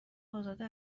ازاده